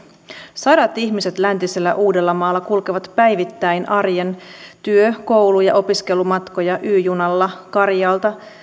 sadat ihmiset läntisellä uudellamaalla kulkevat päivittäin arjen työ koulu ja opiskelumatkoja y junalla karjaalta